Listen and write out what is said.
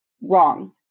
wrong